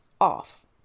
off